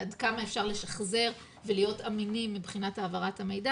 עד כמה אפשר לשחזר ולהיות אמינים מבחינת העברת המידע.